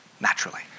naturally